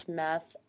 meth